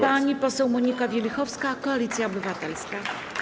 Pani poseł Monika Wielichowska, Koalicja Obywatelska.